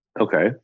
Okay